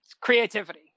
creativity